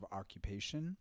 occupation